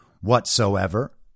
whatsoever